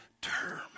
term